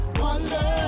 wonder